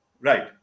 Right